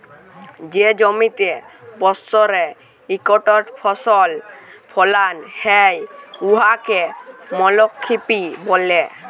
যে জমিতে বসরে ইকটই ফসল ফলাল হ্যয় উয়াকে মলক্রপিং ব্যলে